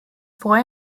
freue